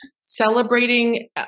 celebrating